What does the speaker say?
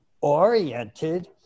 oriented